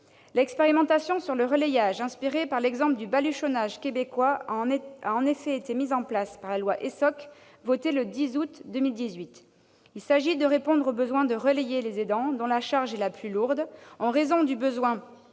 L'expérimentation du « relayage », inspirée de l'exemple du « baluchonnage » québécois, a en effet été mise en place par la loi ESSOC, adoptée le 10 août 2018. Il s'agit de répondre au besoin de relayer les aidants dont la charge est la plus lourde, en raison du besoin